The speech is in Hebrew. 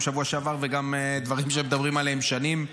בשבוע שעבר וגם דברים שמדברים עליהם שנים,